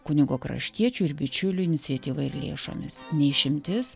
kunigo kraštiečių ir bičiulių iniciatyva ir lėšomis ne išimtis